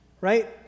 right